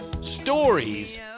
stories